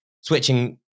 switching